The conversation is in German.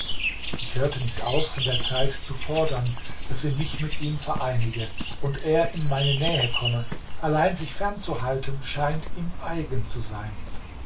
ich hörte nicht auf von der zeit zu fordern daß sie mich mit ihm vereinige und er in meine nähe komme allein sich fern zu halten scheint ihm eigen zu sein